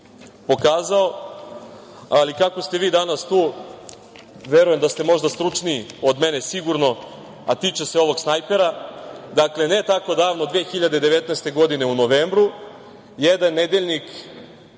pokazao, ali kako ste vi danas tu verujem da ste možda stručniji od mene sigurno, a tiče se ovog snajpera. Dakle ne tako davno 2019. godine u novembru, jedan nedeljnik